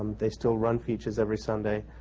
they still run features every sunday.